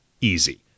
easy